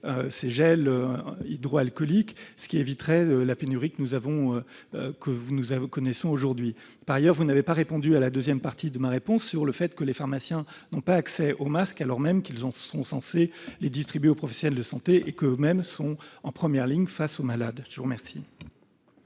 ces gels hydroalcooliques, ce qui éviterait la pénurie que nous connaissons aujourd'hui. Par ailleurs, vous n'avez pas répondu à la deuxième partie de ma question, portant sur le fait que les pharmaciens n'ont pas accès aux masques de protection, alors même qu'ils sont censés les distribuer aux professionnels de santé et qu'ils sont eux-mêmes en première ligne face aux malades. Mes chers